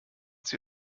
sie